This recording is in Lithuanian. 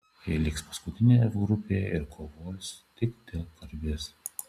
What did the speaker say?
jie liks paskutiniai f grupėje ir kovos tik dėl garbės